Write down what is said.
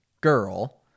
girl